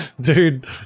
Dude